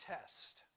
test